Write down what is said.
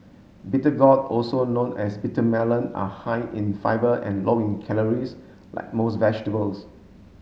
bitter gourd also known as bitter melon are high in fibre and low in calories like most vegetables